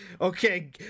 okay